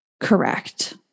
Correct